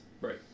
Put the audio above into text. Right